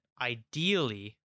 ideally